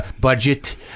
budget